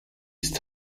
ist